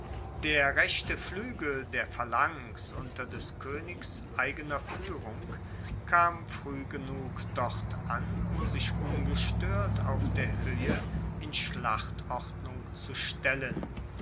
der rechte fluegel der phalanx unter des koenigs eigener fuehrung kam frueh genug dort an um sich ungestoert auf der hoehe in schlachtordnung zu stellen